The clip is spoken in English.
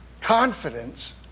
confidence